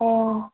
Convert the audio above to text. অঁ